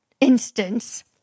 instance